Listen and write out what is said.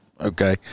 Okay